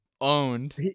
Owned